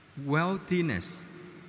wealthiness